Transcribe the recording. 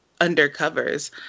Undercovers